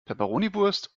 peperoniwurst